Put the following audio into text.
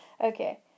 okay